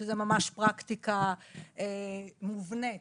שזה ממש פרקטיקה מובנית,